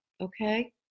Okay